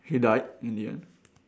he died in the end